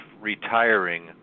retiring